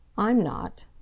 i'm not!